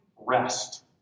rest